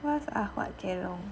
what's Ah Hua Kelong